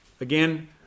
Again